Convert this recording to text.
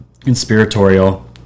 conspiratorial